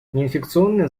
неинфекционные